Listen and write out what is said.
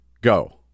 go